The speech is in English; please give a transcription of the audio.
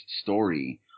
story